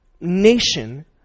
nation